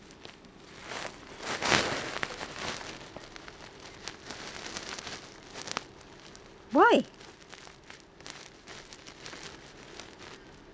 why